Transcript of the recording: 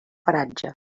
paratge